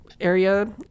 area